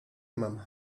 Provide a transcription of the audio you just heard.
mam